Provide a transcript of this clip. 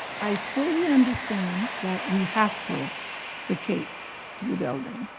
i truly understand that we have to vacate u building.